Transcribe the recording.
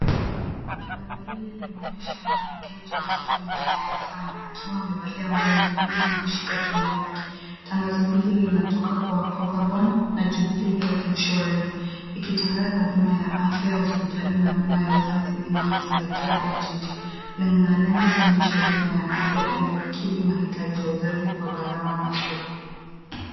Bango hili linaonyesha mwanamke mjamzito mwenye tabasamu akiwa amevalia nguo nyekundu na kushika tumbo lake. Tangazo hili linatoka kwa Coverbond na Jubilee Health Insurance ikitangaza bima ya afya hospitali na bima ya uzazi inayozingatia bajeti. Iinalenga kuonyesha bima ya afya inayokidhi mahitaji ya uzazi kwa gharama nafuu.